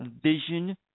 Vision